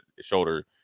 shoulder